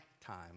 time